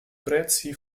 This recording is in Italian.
prezzi